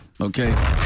Okay